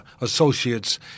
associates